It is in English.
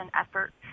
effort